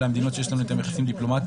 אלה המקומות שיש לנו איתן יחסים דיפלומטיים,